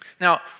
Now